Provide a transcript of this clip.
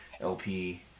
LP